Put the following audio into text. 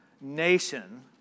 nation